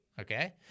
Okay